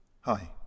Hi